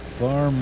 far